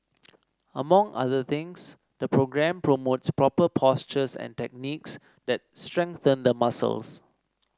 among other things the programme promotes proper postures and techniques that strengthen the muscles